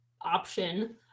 option